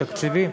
תקציביים,